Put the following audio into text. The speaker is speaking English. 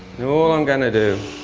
all i'm gonna do